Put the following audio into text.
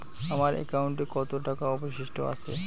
আমার একাউন্টে কত টাকা অবশিষ্ট আছে?